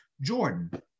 Jordan